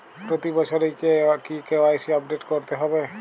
প্রতি বছরই কি কে.ওয়াই.সি আপডেট করতে হবে?